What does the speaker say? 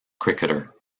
cricketer